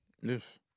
Yes